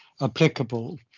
applicable